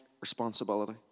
responsibility